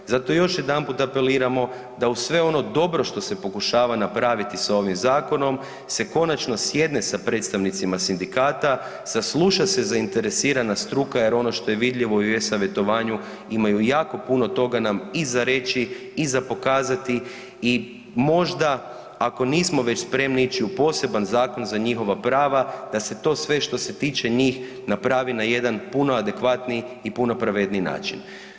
Zato još jedanput apeliramo, da uz sve ono dobro što se pokušava napraviti sa ovim zakonom se konačno sjedne sa predstavnicima sindikata, sasluša se zainteresirana struka jer ono što je vidljivo i u e-savjetovanju imaju jako puno toga nam i za reći i za pokazati i možda ako nismo već spremni ići u poseban zakon za njihova prava da se to sve što se tiče njih napravi na jedan puno adekvatniji i puno pravedniji način.